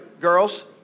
girls